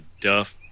Duff